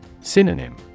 Synonym